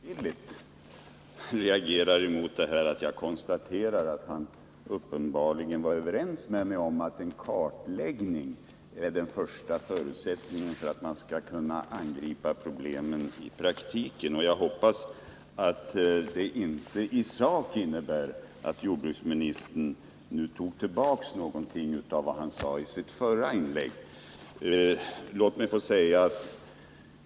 Herr talman! Jag blev litet orolig när jordbruksministern reagerade mot mitt konstaterande att han uppenbarligen var överens med mig om att en kartläggning är den första förutsättningen för att man skall kunna angripa problemen i praktiken. Jag hoppas att det inte i sak innebär att jordbruksministern nu tog tillbaka något av vad han sade i sitt första inlägg.